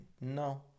No